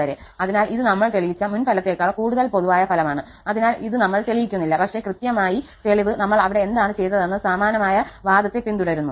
അതിനാൽ ഇത് ഞങ്ങൾ തെളിയിച്ച മുൻ ഫലത്തേക്കാൾ കൂടുതൽ പൊതുവായ ഫലമാണ് അതിനാൽ ഇത് ഞങ്ങൾ തെളിയിക്കുന്നില്ല പക്ഷേ കൃത്യമായി തെളിവ് ഞങ്ങൾ അവിടെ എന്താണ് ചെയ്തതെന്ന് സമാനമായ വാദത്തെ പിന്തുടരുന്നു